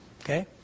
Okay